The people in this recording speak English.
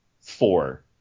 Four